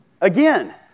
Again